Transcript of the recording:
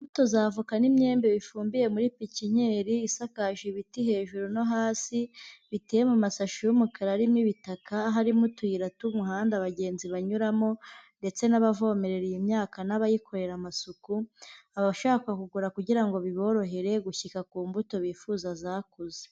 Imbuto z'avoka n'imyembe, bifumbiye muri pikinyeri isakaje ibiti hejuru no hasi, biteye mu mashashi y'umukara arimo ibitaka, harimo utuyira tw'umuhanda abagenzi banyuramo, ndetse n'abavomerera iyi myaka, n'abayikorera amasuku, abashaka kugura kugira ngo biborohere gushyika ku mbuto bifuza zakuze.